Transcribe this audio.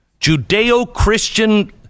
Judeo-Christian